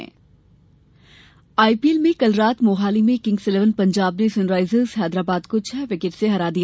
IPL IPL में कल रात मोहाली में किंग्स इलेवन पंजाब ने सनराइजर्स हैदराबाद को छह विकेट से हरा दिया